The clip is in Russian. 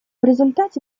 результате